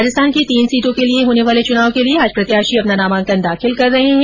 राजस्थान की तीन सीटों के लिए होने वाले चुनाव के लिए आज प्रत्याशी अपना नामांकन दाखिल कर रहे है